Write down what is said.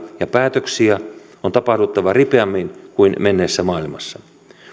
ja päätöksiä on tapahduttava ripeämmin kuin menneessä maailmassa